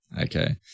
Okay